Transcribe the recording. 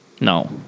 No